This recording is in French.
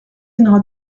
dînera